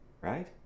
Right